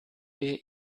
wir